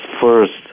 first